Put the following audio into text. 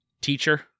teacher